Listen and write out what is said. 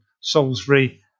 Salisbury